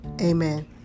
Amen